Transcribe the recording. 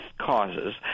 causes